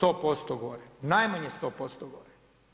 100% gore, najmanje 100% gore.